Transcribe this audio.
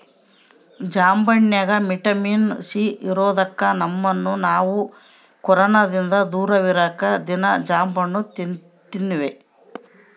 ಜಾಂಬಣ್ಣಗ vitamin C ಇರದೊಕ್ಕ ನಮ್ಮನ್ನು ನಾವು ಕೊರೊನದಿಂದ ದೂರವಿರಕ ದೀನಾ ಜಾಂಬಣ್ಣು ತಿನ್ತಿವಿ